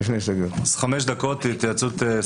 אז חמש דקות התייעצות סיעתית.